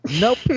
Nope